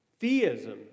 theism